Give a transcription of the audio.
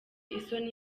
isoni